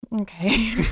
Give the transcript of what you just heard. okay